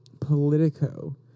Politico